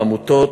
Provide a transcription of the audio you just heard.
העמותות,